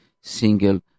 single